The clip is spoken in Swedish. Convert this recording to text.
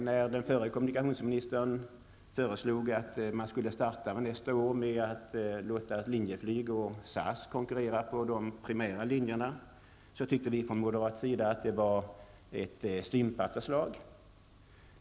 När den förre kommunikationsministern föreslog att man skulle starta med att låta Linjeflyg och SAS konkurrera på de primära linjerna tyckte vi från moderat sida att det var ett stympat förslag.